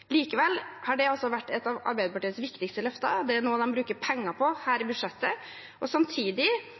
Likevel har det vært et av Arbeiderpartiets viktigste løfter. Det er noe man bruker penger på i budsjettet, og samtidig